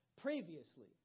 previously